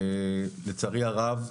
לצערי הרב,